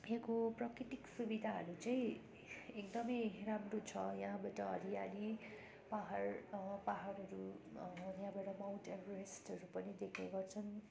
यहाँको प्राकृतिक सुविधाहरू चाहिँ एकदम राम्रो छ यहाँबाट हरियाली पहाड पहाडहरू यहाँबाट माउन्ट एभरेस्टहरू पनि देख्ने गर्छन्